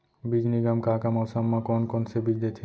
बीज निगम का का मौसम मा, कौन कौन से बीज देथे?